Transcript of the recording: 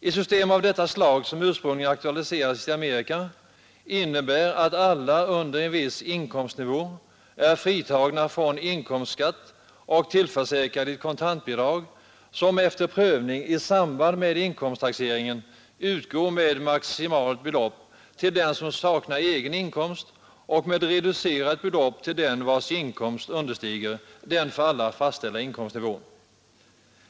Ett system av detta slag, som ursprungligen aktualiserades i Amerika, innebär att alla under en viss inkomstnivå är fritagna från inkomstskatt och tillförsäkrade kontantbidrag, som efter prövning i samband med inkomsttaxeringen utgår med maximalt belopp till den som saknar egen inkomst och med reducerat belopp till den vars inkomst understiger den för alla fastställda lägsta inkomstnivån.